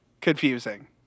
confusing